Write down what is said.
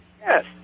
yes